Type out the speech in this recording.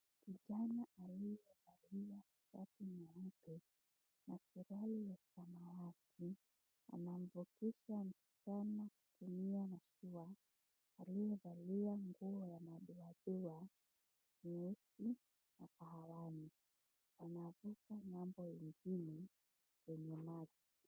Kijana alievalia shati nyeupe na suruali ya samawati anamvukisha msichana kutumia mashua alievalia nguo ya madoadoa nyeusi na kahawani anavuka ng'ambo nyingine kwenye maji.